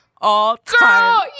all-time